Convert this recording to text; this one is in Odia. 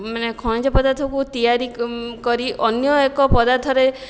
ମାନେ ଖଣିଜ ପଦାର୍ଥକୁ ତିଆରି କରି ଅନ୍ୟ ଏକ ପଦାର୍ଥରେ